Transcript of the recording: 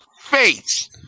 face